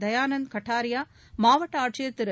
தயானந்த் கட்டாரியா மாவட்ட ஆட்சியர் திரு